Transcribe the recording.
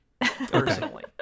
personally